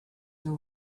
know